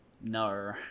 No